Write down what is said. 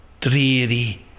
dreary